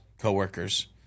coworkers